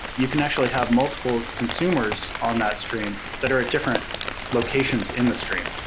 you can actually have multiple consumers on that stream that are at different locations in the stream.